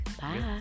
bye